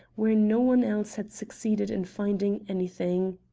where no one else had succeeded in finding anything.